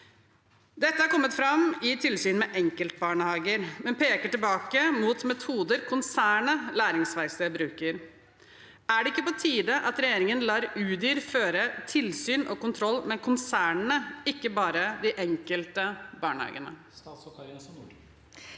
Dette er kommet fram i tilsyn med enkeltbarnehager, men peker tilbake mot metoder konsernet Læringsverkstedet bruker. Er det ikke på tide at regjeringen lar Udir føre tilsyn og kontroll med konsernene, ikke bare med de enkelte barnehagene?